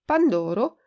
Pandoro